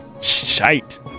Shite